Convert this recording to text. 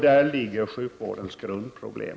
Där ligger sjukvårdens grundproblem.